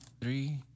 Three